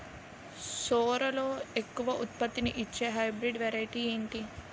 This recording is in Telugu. సోరలో ఎక్కువ ఉత్పత్తిని ఇచే హైబ్రిడ్ వెరైటీ ఏంటి?